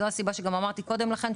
זו הסיבה שגם אמרתי קודם לכן,